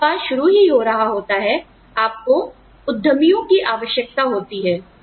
जब व्यापार शुरू ही हो रहा होता है आपको उद्यमियों की आवश्यकता होती है